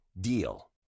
DEAL